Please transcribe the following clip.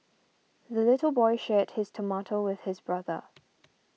the little boy shared his tomato with his brother